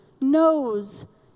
knows